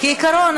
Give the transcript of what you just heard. כעיקרון,